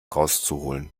rauszuholen